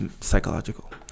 psychological